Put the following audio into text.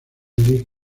league